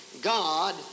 God